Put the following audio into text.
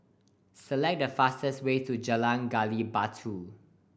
select the fastest way to Jalan Gali Batu